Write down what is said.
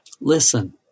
Listen